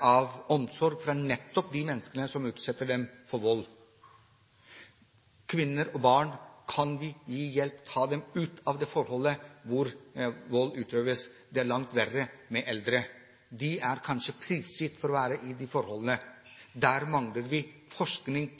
av omsorg fra nettopp de menneskene som utsetter dem for vold. Kvinner og barn kan vi gi hjelp, vi kan ta dem ut av det forholdet hvor vold utøves. Det er langt verre med eldre. De er kanskje prisgitt å være i det forholdet. Der mangler vi forskning.